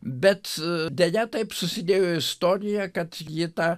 bet deja taip susidėjo istorija kad ji tą